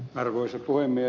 arvoisa puhemies